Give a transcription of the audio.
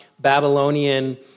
Babylonian